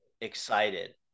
excited